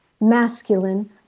masculine